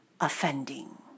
offending